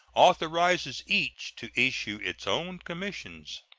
authorizes each to issue its own commissions.